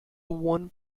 one